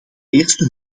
eerste